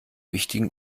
wichtigen